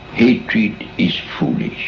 hatred is foolish.